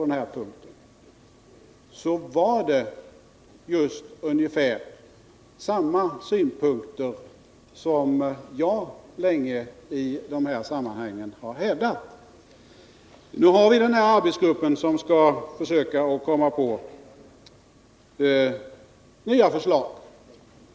Henry Allard framförde ungefär samma synpunkter som jag i dessa sammanhang länge har hävdat. Nu har vi denna arbetsgrupp som skall försöka komma med nya förslag.